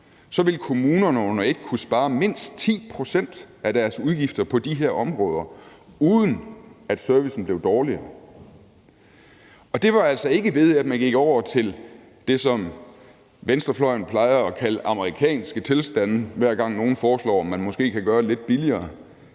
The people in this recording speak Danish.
ville kommunerne under et kunne spare mindst 10 pct. af deres udgifter på de her områder, uden at servicen blev dårligere. Og det var altså ikke, ved at man gik over til det, som venstrefløjen plejer at kalde for amerikanske tilstande, hver gang nogen foreslår, at man måske kan gøre det lidt billigere;